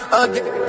again